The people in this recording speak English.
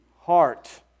heart